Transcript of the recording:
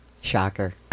Shocker